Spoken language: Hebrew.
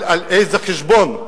אבל על איזה חשבון?